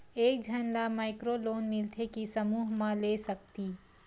एक झन ला माइक्रो लोन मिलथे कि समूह मा ले सकती?